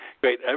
great